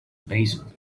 basil